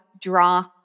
draw